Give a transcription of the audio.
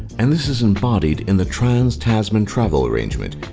and this is embodied in the trans-tasman travel arrangement,